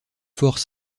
forts